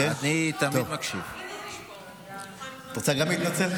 כי אני רוצה לדעת.